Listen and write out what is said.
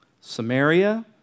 Samaria